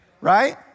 right